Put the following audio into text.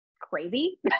crazy